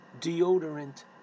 deodorant